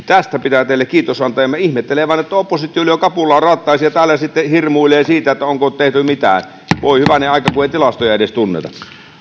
tästä pitää teille kiitos antaa ja minä ihmettelen vain että oppositio lyö kapulaa rattaisiin ja täällä sitten hirmuilee siitä että onko tehty mitään voi hyvänen aika kun ei edes tilastoja tunneta